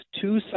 two